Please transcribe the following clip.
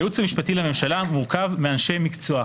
הייעוץ המשפטי לממשלה מורכב מאנשי מקצוע,